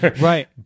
right